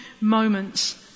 moments